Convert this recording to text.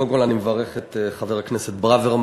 קודם כול, אני מברך את חבר הכנסת ברוורמן.